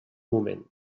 moment